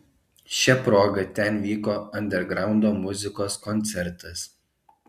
šia proga ten vyko andergraundo muzikos koncertas